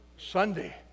Sunday